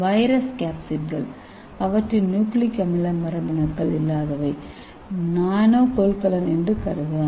virus கேப்சிட்கள் அவற்றின் nucleic அமில மரபணுக்கள் இல்லாதவை நானோ கொள்கலன் என்று கருதலாம்